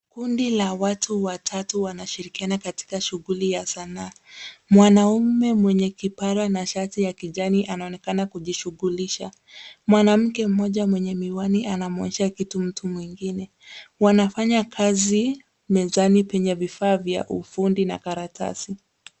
Kundi la watu watatu wanashirikiana katika shughuli ya sanaa. Mwanaume mwenye kipara na shati ya kijani anaonekana kujishughulisha. Mwanamke mmoja mwenye miwani anamuonyesha mtu kitu mwingine. Wanafanya kazi mezani penye vifaa vya ufundi na karatasi.